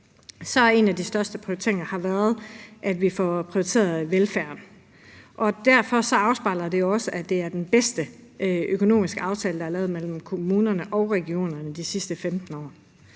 en af de største prioriteringer har været velfærden. Derfor afspejler det jo også, at det er den bedste økonomiske aftale, der er lavet mellem kommunerne og regionerne de sidste 15 år.